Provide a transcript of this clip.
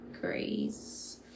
grace